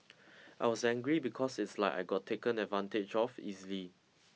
I was angry because it's like I got taken advantage of easily